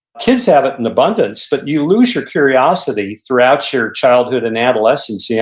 kids have it in abundance, but you lose your curiosity throughout your childhood and adolescence, yeah